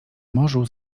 morzu